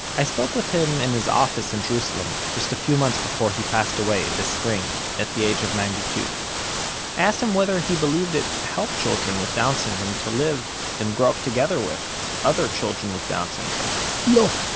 i spoke with him in his office in jerusalem, just a few months before he passed away, this spring, at the age of ninety-two. i asked him whether he believed it helped children with down syndrome to live, and grow up together with, other children with down syndrome no!